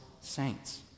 saints